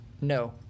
No